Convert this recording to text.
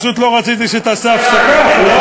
פשוט לא רציתי שתעשה הפסקה.